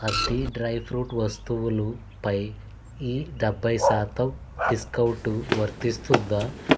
అన్ని dry fruit వస్తువులపై ఈ డబ్బై శాతం డిస్కౌంటు వర్తిస్తుందా